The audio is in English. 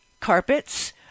Carpets